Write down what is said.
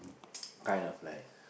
kind of like